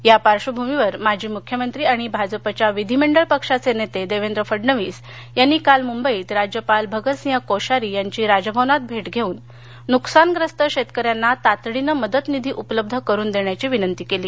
या पाश्र्वभूमीवर माजी मुख्यमंत्री आणि भाजपच्या विधीमंडळ पक्षाचे नेते देवेंद्र फडणवीस यांनी काल मुंबईत राज्यपाल भगतसिंह कोश्यारी यांची राजभवनात भेट घेऊन नुकसानग्रस्त शेतकऱ्यांना तातडीनं मदतनिधी उपलब्ध करून देण्याची विनंती केली